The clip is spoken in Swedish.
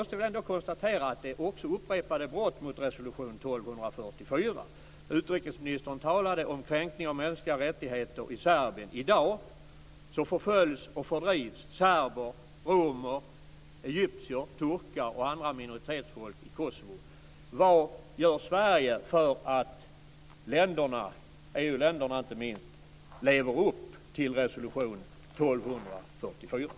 Sedan måste också upprepade brott mot resolution 1244 konstateras. Utrikesministern talade om kränkning av mänskliga rättigheter i Serbien. I dag förföljs och fördrivs serber, romer, egyptier, turkar och andra minoritetsfolk i Kosovo. Vad gör Sverige för att länderna, inte minst EU-länderna, ska leva upp till resolution 1244?